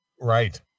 Right